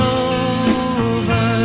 over